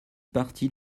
partie